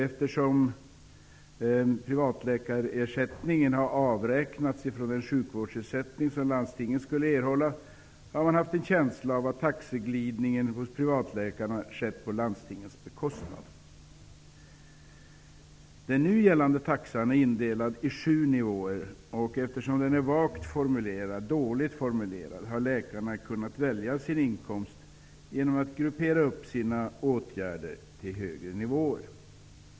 Eftersom privatläkarersättningen har avräknats från den sjukvårdsersättning som landstingen skulle erhålla, har man haft en känsla av att taxeglidningen hos privatläkarna skett på landstingens bekostnad. Den nu gällande taxan är indelad i sju nivåer. Eftersom den är vagt, dåligt, formulerad har läkarna kunnat välja sin inkomst genom att gruppera upp sina åtgärder till högre nivåer.